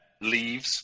leaves